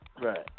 right